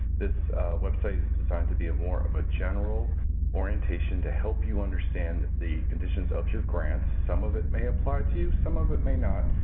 this website is designed to be more of a general orientation to help you understand of the conditions of your grants, some of it may apply to you, some of it may not.